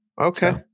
Okay